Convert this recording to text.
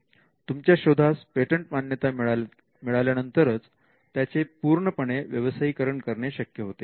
तुमच्या शोधास पेटंट मान्यता मिळाल्यानंतरच त्याचे पूर्णपणे व्यवसायीकरण करणे शक्य होते